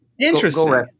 Interesting